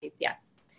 yes